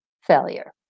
Failure